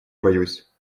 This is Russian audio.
боюсь